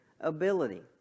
ability